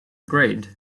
grade